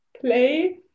play